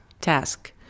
task